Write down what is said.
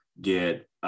get